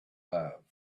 have